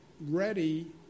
ready